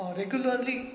regularly